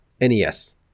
NES